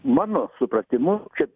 mano supratimu čia